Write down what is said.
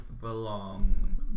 belong